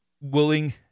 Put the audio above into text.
willing